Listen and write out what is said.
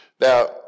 Now